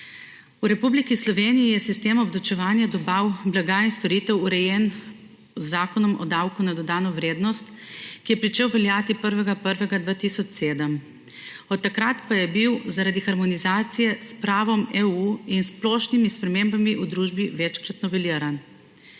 V Republiki Sloveniji je sistem obdavčevanja dobav blaga in storitev urejen z Zakonom o davku na dodano vrednost, ki je pričel veljati 1. 1. 2007, od takrat pa je bil zaradi harmonizacije s pravom EU in splošnimi spremembami v družbi večkrat noveliran.